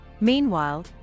meanwhile